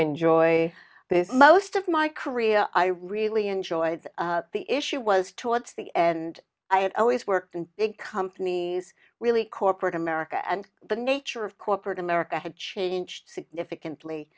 enjoy most of my career i really enjoyed the issue was towards the end i had always worked in big companies really corporate america and the nature of corporate america had changed significantly